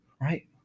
Right